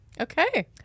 okay